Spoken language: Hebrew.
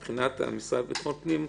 מבחינת המשרד לביטחון הפנים,